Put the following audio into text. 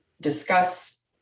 discuss